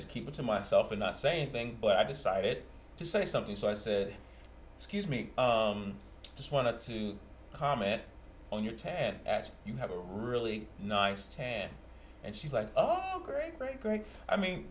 just keep it to myself and not say anything but i decided to say something so i said excuse me i just want to comment on your ten as you have a really nice tan and she's like oh great great great i mean